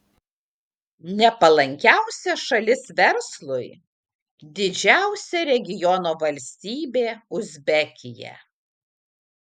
nepalankiausia šalis verslui didžiausia regiono valstybė uzbekija